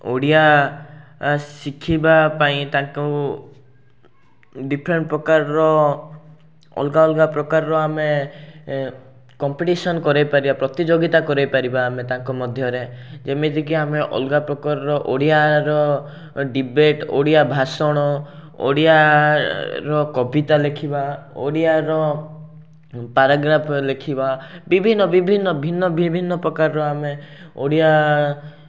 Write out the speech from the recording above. ଓଡ଼ିଆ ଶିଖିବା ପାଇଁ ତାଙ୍କୁ ଡିଫରେଣ୍ଟ୍ ପ୍ରକାରର ଅଲଗା ଅଲଗା ପ୍ରକାରର ଆମେ କମ୍ପିଟିସନ୍ କରେଇପାରିବା ପ୍ରତିଯୋଗିତା କରେଇପାରିବା ଆମେ ତାଙ୍କ ମଧ୍ୟରେ ଯେମିତିକି ଆମେ ଅଲଗା ପ୍ରକାରର ଓଡ଼ିଆର ଡିବେଟ୍ ଓଡ଼ିଆ ଭାଷଣ ଓଡ଼ିଆର କବିତା ଲେଖିବା ଓଡ଼ିଆର ପାରାଗ୍ରାଫ୍ ଲେଖିବା ବିଭିନ୍ନ ବିଭିନ୍ନ ଭିନ୍ନ ଭିନ୍ନପ୍ରକାର ଆମେ ଓଡ଼ିଆ